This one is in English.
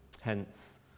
hence